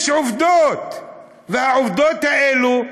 יש עובדות, והעובדות האלה,